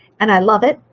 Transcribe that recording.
and i love it,